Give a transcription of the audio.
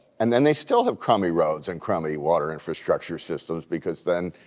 and then they still have crummy roads and crummy water infrastructure systems because then,